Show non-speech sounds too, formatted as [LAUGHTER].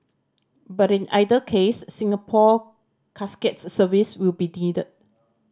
but in either case Singapore Casket's services will be [UNINTELLIGIBLE]